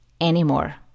anymore